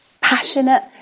Passionate